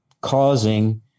causing